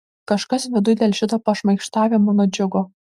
kažkas viduj dėl šito pašmaikštavimo nudžiugo